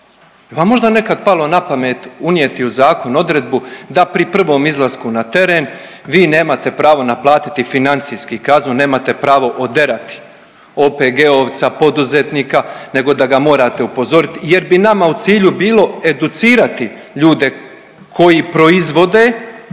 vam možda nekad palo na pamet unijeti u zakon odredbu da pri prvom izlasku na teren vi nemate pravo naplatiti financijski kaznu, nemate pravo oderati OPG-ovca poduzetnika nego da ga morate upozorit jer bi nama u cilju bilo educirati ljude koji proizvode,